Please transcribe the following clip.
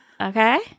okay